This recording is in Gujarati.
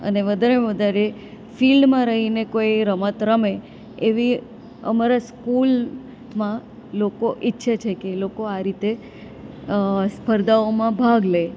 અને વધારેમાં વધારે ફિલ્ડમાં રહીને કોઈ રમત રમે એવી અમારા સ્કૂલમાં લોકો ઈચ્છે છે કે એ લોકો આ રીતે સ્પર્ધાઓમાં ભાગ લે